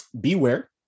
beware